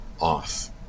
off